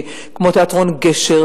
כמו תיאטרון "גשר",